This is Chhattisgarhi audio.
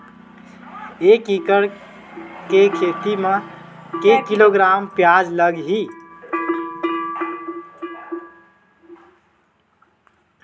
एक एकड़ खेती म के किलोग्राम प्याज लग ही?